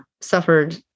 suffered